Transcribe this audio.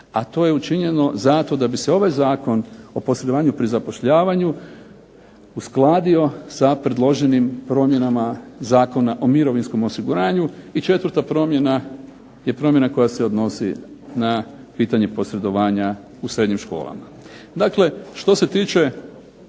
A to je učinjeno zato da bi se ovaj Zakon o posredovanju pri zapošljavanju uskladio sa predloženim promjenama Zakona o mirovinskom osiguranju. I četvrta promjena je promjena koja se odnosi na pitanje posredovanja u srednjim školama. Dakle što se tiče